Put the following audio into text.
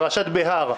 פרשת בהר,